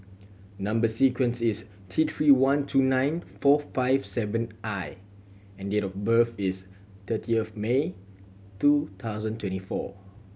number sequence is T Three one two nine four five seven I and date of birth is thirty of May two thousand twenty four